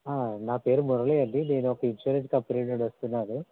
నా పేరు మురళి అండి నేనొక ఇన్సూరెన్స్ కంపెనీ నుండి వస్తున్నాను